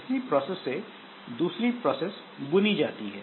इसी प्रोसेस से दूसरी प्रोसेस बुनी जाती है